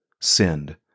sinned